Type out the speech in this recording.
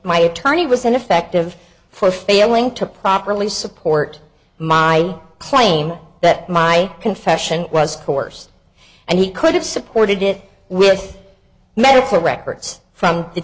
my attorney was ineffective for failing to properly support my claim that my confession was coerced and he could have supported it with medical records from the